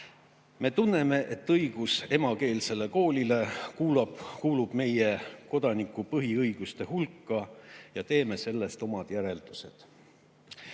Me tunneme, et õigus emakeelsele koolile kuulub meie kodaniku põhiõiguste hulka ja teeme sellest omad järeldused."